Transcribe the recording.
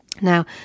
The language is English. Now